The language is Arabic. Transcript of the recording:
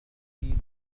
أريد